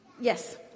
Yes